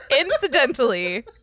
Incidentally